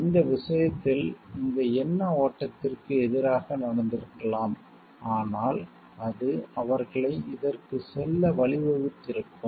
எனவே இந்த விஷயத்தில் இந்த எண்ண ஓட்டத்திற்கு எதிராக நடந்திருக்கலாம் ஆனால் அது அவர்களை இதற்குச் செல்ல வழிவகுத்திருக்கும்